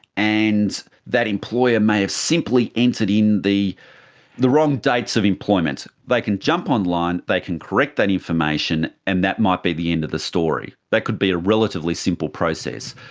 and that employer may have simply entered in the the wrong dates of employment. they can jump online, they can correct that information, and that might be the end of the story. that could be a relatively simple process.